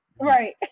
Right